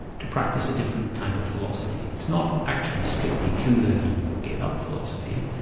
to practice a different type of philosophy. it's not actually strictly true that he gave up philosophy,